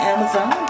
Amazon